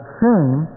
shame